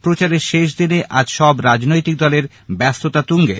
প্রচারের শেষদিনে আজ সব রাজনৈতিক দলের ব্যস্ততা তুঙ্গে